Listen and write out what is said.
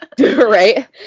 right